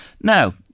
Now